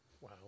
Wow